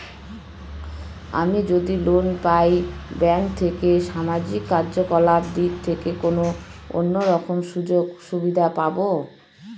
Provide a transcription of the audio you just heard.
আমি যদি লোন পাই ব্যাংক থেকে সামাজিক কার্যকলাপ দিক থেকে কোনো অন্য রকম সুযোগ সুবিধা পাবো?